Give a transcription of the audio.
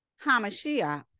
Hamashiach